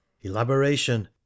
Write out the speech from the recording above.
elaboration